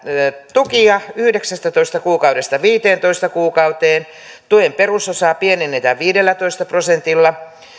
tukia yhdeksästätoista kuukaudesta viiteentoista kuukauteen tuen perusosaa pienennetään viidellätoista prosentilla